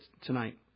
tonight